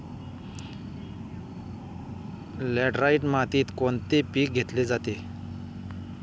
Laterite मातीत कोणते पीक घेतले जाते?